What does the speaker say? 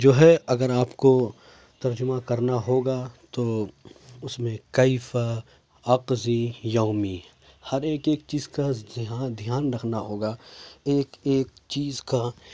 جو ہے اگر آپ کو ترجمہ کرنا ہوگا تو اس میں کیف اقضی یومی ہر ایک ایک چیز کا یہاں دھیان رکھنا ہوگا ایک ایک چیز کا